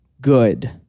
good